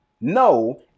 no